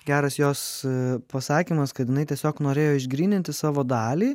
geras jos pasakymas kad jinai tiesiog norėjo išgryninti savo dalį